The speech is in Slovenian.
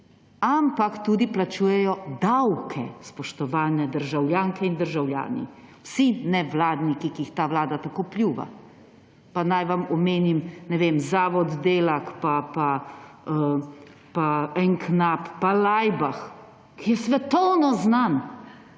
ampak tudi plačujejo davke, spoštovane državljanke in državljani. Vsi nevladniki, ki jih ta vlada tako pljuva! Pa naj vam omenim, ne vem, Zavod Delak pa En knap pa Laibach, ki je svetovno znan,